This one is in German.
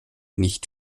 nicht